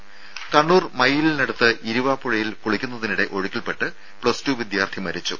രുഭ കണ്ണൂർ മയ്യിലിനടുത്ത് ഇരുവാപുഴയിൽ കുളിക്കുന്നതിനിടെ ഒഴുക്കിൽപ്പെട്ട് പ്ലസ് ടു വിദ്യാർഥി മരിച്ചു